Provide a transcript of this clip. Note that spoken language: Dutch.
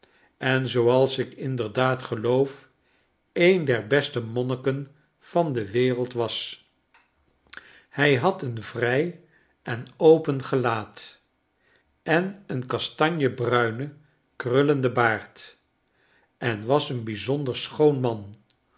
en zooals ik inderdaad geloof en der beste monniken van de wereld was hij had een vrij en open gelaat en een kastanjebruinen krullenden baard en was een bijzonder schoon man